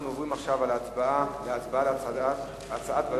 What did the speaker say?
קובע שהצעת חוק